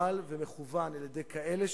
פעילות הטרור בוודאי לא משרתת,